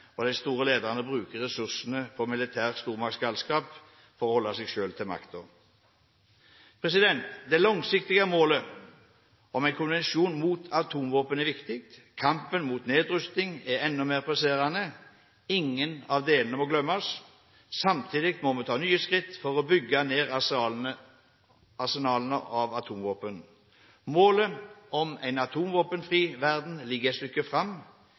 og de store lederne bruker ressursene på militær stormaktsgalskap for å holde seg selv ved makten. Det langsiktige målet om en konvensjon mot atomvåpen er viktig, kampen mot nedrusting er enda mer presserende. Ingen av delene må glemmes. Samtidig må vi ta nye skritt for å bygge ned arsenalene av atomvåpen. Målet om en atomvåpenfri verden ligger et stykke fram.